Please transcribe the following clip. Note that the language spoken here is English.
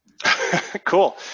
Cool